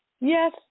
Yes